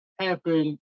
happen